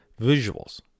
visuals